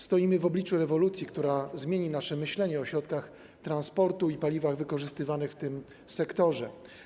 Stoimy w obliczu rewolucji, która zmieni nasze myślenie o środkach transportu i paliwach wykorzystywanych w tym sektorze.